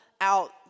out